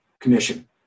commission